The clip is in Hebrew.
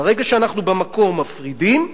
ברגע שאנחנו מפרידים במקום,